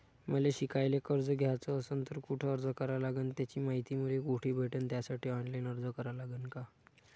मले शिकायले कर्ज घ्याच असन तर कुठ अर्ज करा लागन त्याची मायती मले कुठी भेटन त्यासाठी ऑनलाईन अर्ज करा लागन का?